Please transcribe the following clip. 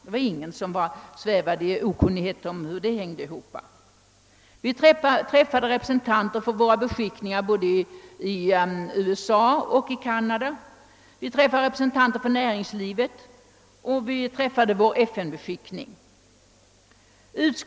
Det var ingen som svävade i okunnighet om hur det hängde ihop. Vi träffade representanter för våra beskickningar i både USA och Canada. Vi träffade representanter för näringslivet, och vi träffade vår FN-beskickning.